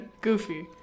Goofy